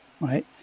right